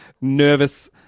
nervous